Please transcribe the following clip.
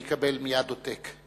קביעת מחיר המים.